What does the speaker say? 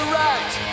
right